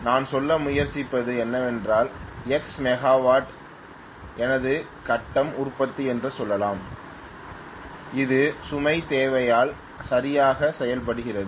நான் சொல்ல முயற்சிப்பது என்னவென்றால் எக்ஸ் மெகாவாட் எனது கட்டம் உற்பத்தி என்று சொல்லலாம் இது சுமை தேவையால் சரியாக செய்யப்படுகிறது